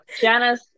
Janice